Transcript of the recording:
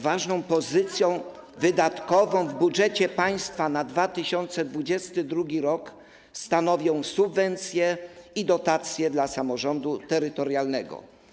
Ważną pozycję wydatkową w budżecie państwa na 2022 r. stanowią subwencje i dotacje dla samorządu terytorialnego.